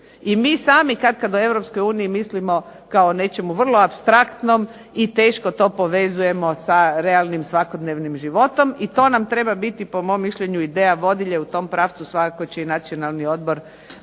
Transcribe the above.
o Europskoj uniji mislimo kao o nečemu vrlo apstraktnom i teško to povezujemo sa realnim, svakodnevnim životom i to nam treba biti po mom mišljenju ideja vodilje. U tom pravcu svakako će i Nacionalni odbor